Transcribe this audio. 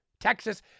Texas